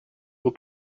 will